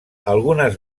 algunes